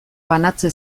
banatze